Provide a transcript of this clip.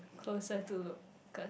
closer to Lucas